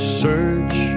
search